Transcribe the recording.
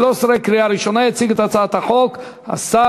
הצעת החוק עברה בקריאה ראשונה ותועבר לוועדת החוקה,